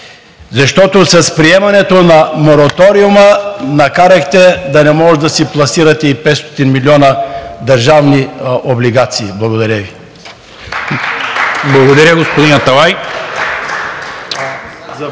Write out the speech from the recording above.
защото с приемането на мораториума накарахте да не може да пласирате и 500 милиона държавни облигации. Благодаря Ви. (Ръкопляскания от